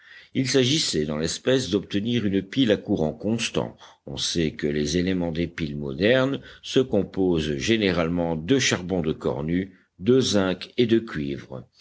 il s'agissait dans l'espèce d'obtenir une pile à courant constant on sait que les éléments des piles modernes se composent généralement de charbon de cornue de zinc et de cuivre